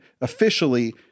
officially